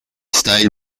stayed